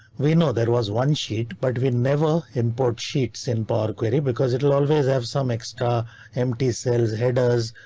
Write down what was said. we know there was one sheet, but we never import sheets in power query because it will always have some extra empty cells, headers,